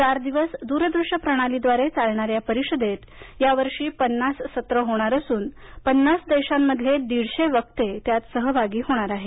चार दिवस दूरदृश्य प्रणालीद्वारे चालणाऱ्या या परिषदेत या वर्षी पन्नास सत्रं होणार असून पन्नास देशांमधले दीडशे वक्ते त्यात सहभागी होणार आहेत